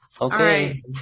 Okay